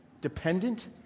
dependent